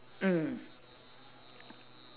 mm